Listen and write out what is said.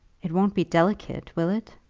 it won't be delicate, will it?